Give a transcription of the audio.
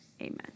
Amen